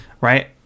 Right